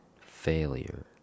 failure